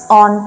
on